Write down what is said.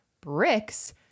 bricks